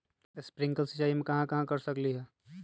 Sprinkle सिंचाई हम कहाँ कहाँ कर सकली ह?